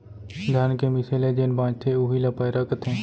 धान के मीसे ले जेन बॉंचथे उही ल पैरा कथें